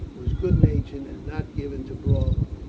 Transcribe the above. was good natured and not given to brawling.